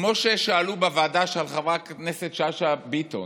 כמו ששאלו בוועדה של חברת הכנסת שאשא ביטון,